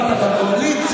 אתה מספר לנו?